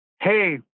hey